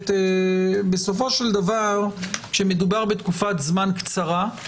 בסופו של דבר כשמדובר בתקופת זמן קצרה,